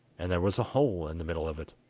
and there was a hole in the middle of it.